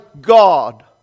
God